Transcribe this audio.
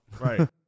Right